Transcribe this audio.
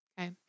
okay